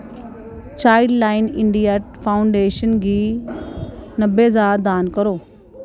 child line India foundation गी नब्बे ज्हार दान करो